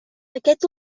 aquest